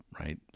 right